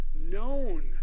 known